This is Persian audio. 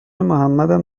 محمدم